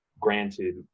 granted